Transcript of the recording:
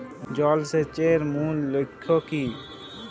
জল সেচের মূল লক্ষ্য কী?